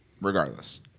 regardless